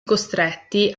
costretti